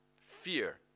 Fear